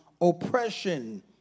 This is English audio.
oppression